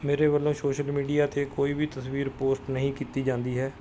ਮੇਰੇ ਵੱਲੋਂ social media 'ਤੇ ਕੋਈ ਵੀ ਤਸਵੀਰ ਪੋਸਟ ਨਹੀਂ ਕੀਤੀ ਜਾਂਦੀ ਹੈ